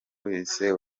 wese